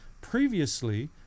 previously